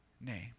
name